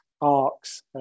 ARCs